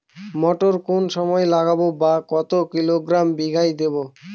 মটর কোন সময় লাগাবো বা কতো কিলোগ্রাম বিঘা দেবো?